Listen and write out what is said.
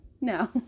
No